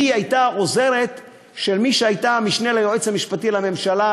היא הייתה עוזרת של מי שהייתה המשנה ליועץ המשפטי לממשלה,